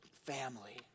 Family